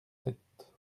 sept